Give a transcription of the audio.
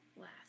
last